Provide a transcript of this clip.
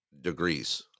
degrees